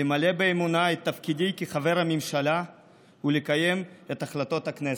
למלא באמונה את תפקידי כחבר הממשלה ולקיים את החלטות הכנסת.